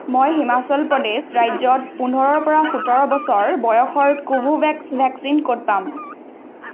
মই হিমাচল প্ৰদেশ ৰাজ্যত পোন্ধৰৰ পৰা সোতৰ বছৰ বয়সৰ কোভোভেক্স ভেকচিন ক'ত পাম